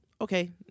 okay